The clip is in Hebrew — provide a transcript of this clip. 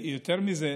יותר מזה,